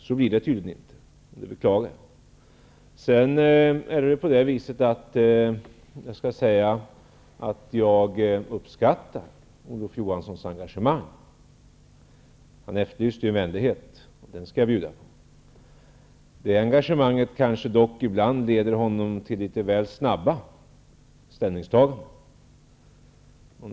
Så blir det tydligen inte, och det beklagar jag. Jag uppskattar Olof Johanssons engagemang. Han efterlyste vänlighet, och den skall jag bjuda på. Det engagemanget kanske ibland dock leder honom till litet väl snabba ställningstaganden.